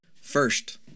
First